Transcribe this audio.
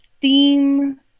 theme